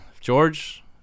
george